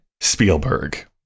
Spielberg